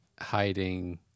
hiding